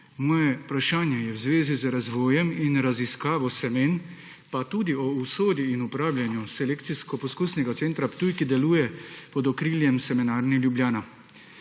Moje vprašanje je v zvezi z razvojem in raziskavo semen, pa tudi o usodi in upravljanju Selekcijsko-poskusnega centra Ptuj, ki deluje pod okriljem Semenarne Ljubljana.